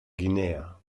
guinea